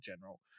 general